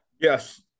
Yes